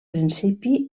principi